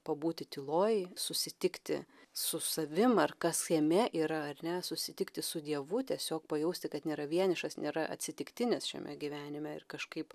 pabūti tyloj susitikti su savim ar kas jame yra ar ne susitikti su dievu tiesiog pajausti kad nėra vienišas nėra atsitiktinis šiame gyvenime ir kažkaip